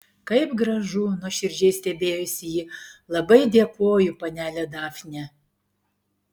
kaip gražu nuoširdžiai stebėjosi ji labai dėkoju panele dafne